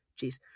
Jeez